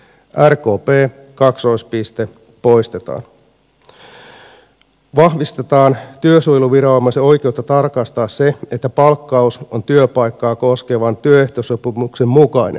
kari kopra ja kaksoispiste poisteta vahvistetaan työsuojeluviranomaisen oikeutta tarkastaa se että palkkaus on työpaikkaa koskevan työehtosopimuksen mukainen